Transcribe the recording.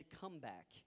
comeback